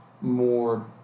more